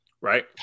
Right